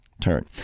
turn